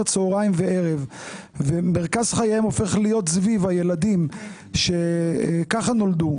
צהריים וערב ומרכז חייהם הופך להיות סביב הילדים שככה נולדו,